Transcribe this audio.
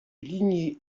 lignée